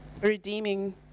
redeeming